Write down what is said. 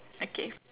okay